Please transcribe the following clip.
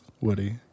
Woody